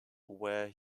where